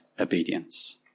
obedience